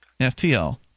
FTL